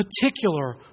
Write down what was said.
particular